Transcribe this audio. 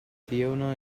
fiona